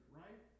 right